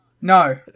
No